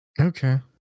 okay